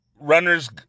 runners